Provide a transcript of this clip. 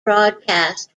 broadcast